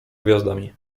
gwiazdami